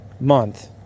month